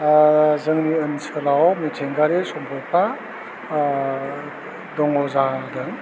ओह जोंनि ओनसोलाव मिथिंगारि सम्पदा ओह दङ जादों